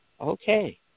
Okay